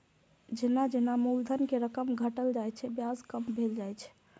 जेना जेना मूलधन के रकम घटल जाइ छै, ब्याज कम भेल जाइ छै